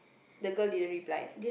the girl didn't reply